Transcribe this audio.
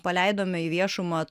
paleidome į viešumą